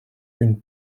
une